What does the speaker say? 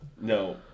no